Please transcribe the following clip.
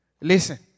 Listen